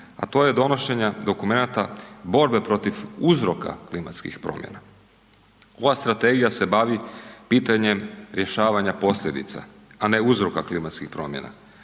a to je donošenje dokumenata borbe protiv uzroka klimatskih promjena. Ova strategija se bavi pitanjem rješavanja posljedica, a ne uzroka klimatskih promjena.